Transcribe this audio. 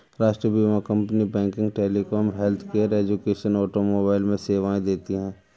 राष्ट्रीय बीमा company banking, telecom, healthcare, education, automobile में सेवाएं देती है